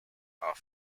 are